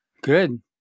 Good